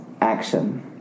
action